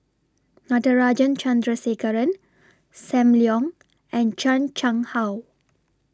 Natarajan Chandrasekaran SAM Leong and Chan Chang How